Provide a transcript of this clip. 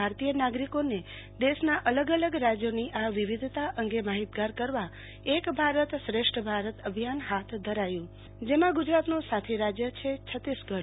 ભારતીય નાગરિકોને દેશના અલગ અલગ રાજ્યોની આ વિવિધતા અંગે માહિતગાર કરવા એક ભારત શ્રેષ્ઠ ભારત અભિયાન હાથ ધરાયુ છે જેમાં ગુ જરાતનું સાથી રાજય છેછતીસગઢ